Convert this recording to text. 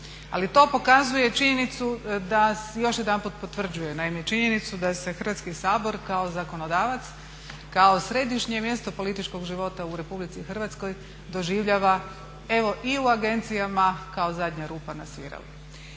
naime činjenicu da se Hrvatski sabor kao zakonodavac, kao središnje mjesto političkog života u RH doživljava evo i u agencijama kao zadnja rupa na sviralu.